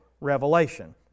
revelation